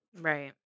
Right